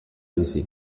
bizi